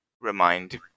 remind